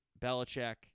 Belichick